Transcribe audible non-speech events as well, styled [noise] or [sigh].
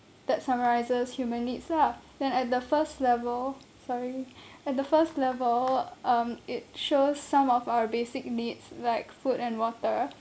that summarises human needs lah then at the first level sorry [breath] at the first level um it shows some of our basic needs like food and water